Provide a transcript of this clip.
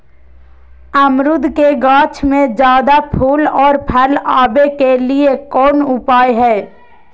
अमरूद के गाछ में ज्यादा फुल और फल आबे के लिए कौन उपाय है?